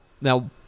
now